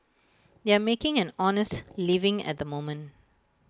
they are making an honest living at the moment